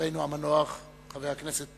חברנו המנוח, חבר הכנסת